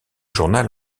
journal